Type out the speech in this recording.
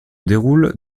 déroule